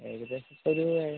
ഏകദേശം ഇപ്പം ഒരു